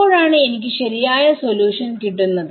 അപ്പോഴാണ് എനിക്ക് ശരിയായ സൊല്യൂഷൻ കിട്ടുന്നത്